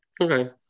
okay